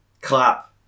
clap